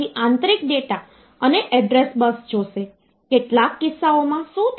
તેથી આધારનો અર્થ એ છે કે તેનો એક અંક દર્શાવી શકે તેટલું ઉચ્ચતમ મૂલ્ય શું હોય છે તે